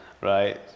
Right